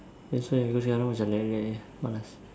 that's why aku sekarang macam rilek rilek jer malas